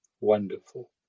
wonderful